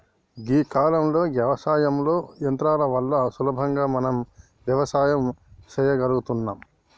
గీ కాలంలో యవసాయంలో యంత్రాల వల్ల సులువుగా మనం వ్యవసాయం సెయ్యగలుగుతున్నం